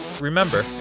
Remember